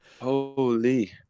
Holy